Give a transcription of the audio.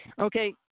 Okay